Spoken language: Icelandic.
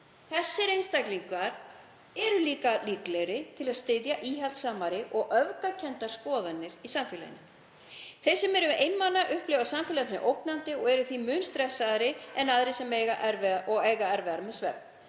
Þessir einstaklingar eru líka líklegri til að styðja íhaldssamar og öfgakenndar skoðanir í samfélaginu. Þeir sem eru einmana upplifa samfélagið sem ógnandi og eru því mun stressaðri en aðrir og eiga erfiðara með svefn.